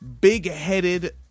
big-headed